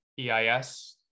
EIS